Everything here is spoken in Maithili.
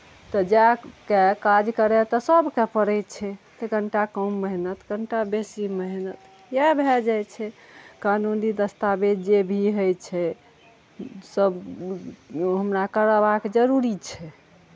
तऽ जाए कऽ काज करयके तऽ सभकेँ पड़ै छै तऽ कनि टा कम मेहनत कनि टा बेसी मेहनत इएह भए जाइ छै कानूनी दस्तावेज जे भी होइ छै सभ हमरा करबाके जरूरी छै